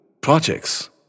projects